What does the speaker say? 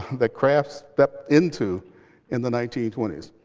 that craft stepped into in the nineteen twenty s.